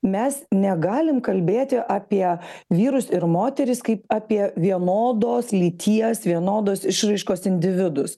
mes negalim kalbėti apie vyrus ir moteris kaip apie vienodos lyties vienodos išraiškos individus